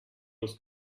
was